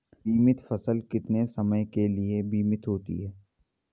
बीमित फसल कितने समय के लिए बीमित होती है?